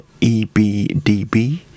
EBDB